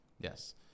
yes